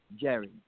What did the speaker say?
Jerry